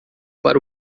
para